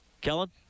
Kellen